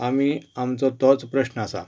आनी आमचो तोच प्रस्न आसा